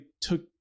took